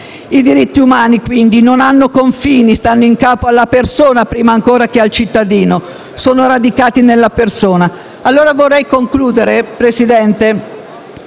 I diritti umani, dunque, non hanno confini, stanno in capo alla persona prima ancora che al cittadino, sono radicati nella persona. Vorrei concludere, signor